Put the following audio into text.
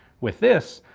with this,